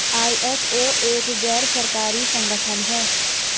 ISO एक गैर सरकारी संगठन है